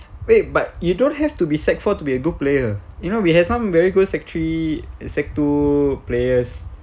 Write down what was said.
wait but you don't have to be sec four to be a good player you know we have some very good sec three sec two players